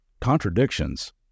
contradictions